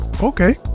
Okay